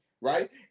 right